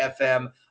FM